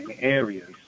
areas